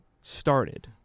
started